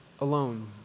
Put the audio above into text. alone